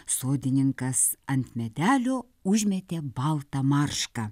sodininkas ant medelio užmetė baltą maršką